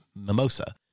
mimosa